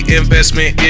investment